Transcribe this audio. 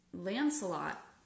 Lancelot